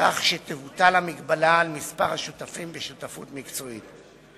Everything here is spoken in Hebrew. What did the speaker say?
כך שתבוטל ההגבלה על מספר השותפים בשותפות מקצועית.